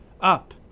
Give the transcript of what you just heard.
Up